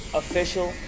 official